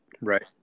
Right